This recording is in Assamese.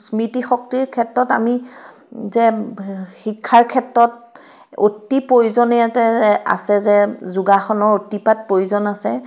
স্মৃতিশক্তিৰ ক্ষেত্ৰত আমি যে শিক্ষাৰ ক্ষেত্ৰত অতি প্ৰয়োজনীয়তা আছে যে যোগাসনৰ অতিপাত প্ৰয়োজন আছে